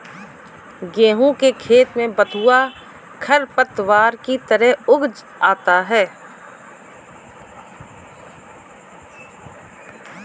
गेहूँ के खेत में बथुआ खरपतवार की तरह उग आता है